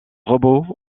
robots